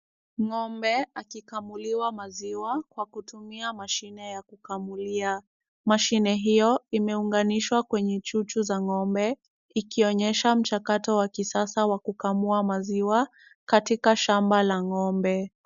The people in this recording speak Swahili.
Ng'ombe akikamuliwa maziwa kwa kutumia mashine ya kukamulia. Mashine hiyo imeunganishwa kwenye chuchu za ng'ombe ikionyesha mchakato wa kisasa wa kukamua maziwa katika shamba la ng'ombe.